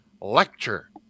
lecture